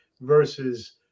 versus